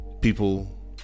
People